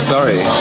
Sorry